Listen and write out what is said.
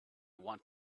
want